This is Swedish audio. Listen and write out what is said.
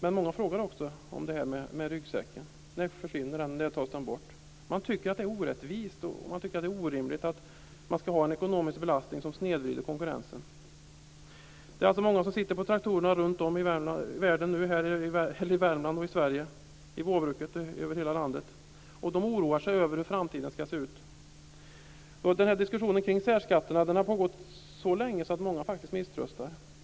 Men många frågar också om ryggsäcken. När försvinner den? När tas den bort? De tycker att det är orättvist och orimligt att de skall ha en ekonomisk belastning som snedvrider konkurrensen. Det är många som sitter på traktorer runt om i Värmland och i hela landet i vårbruket. De oroar sig över hur framtiden skall se ut. Den här diskussionen om särskatterna har pågått så länge att många faktiskt misströstar.